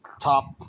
top